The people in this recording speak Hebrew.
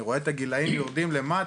אני רואה את הגילאים יורדים למטה,